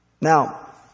Now